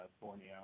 Borneo